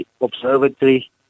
observatory